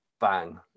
bang